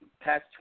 past